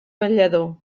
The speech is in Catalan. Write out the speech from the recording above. ballador